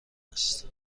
است